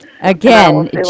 Again